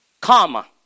Comma